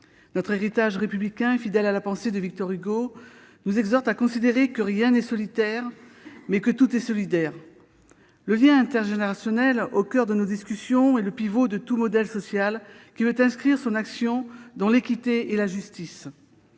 Notre héritage républicain, fidèle à la pensée de Victor Hugo, nous exhorte à considérer que rien n'est solitaire, mais que tout est solidaire. Le lien intergénérationnel au coeur de nos discussions est le pivot de tout modèle social qui veut inscrire son action dans l'équité et la justice.